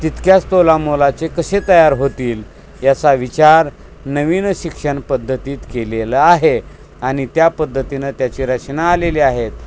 तितक्याच तोलामोलाचे कसे तयार होतील याचा विचार नवीन शिक्षण पद्धतीत केलेलं आहे आणि त्या पद्धतीनं त्याची रचना आलेली आहेत